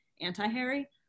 anti-Harry